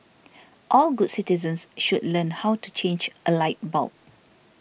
all good citizens should learn how to change a light bulb